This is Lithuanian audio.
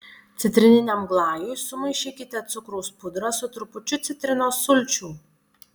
citrininiam glajui sumaišykite cukraus pudrą su trupučiu citrinos sulčių